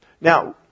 Now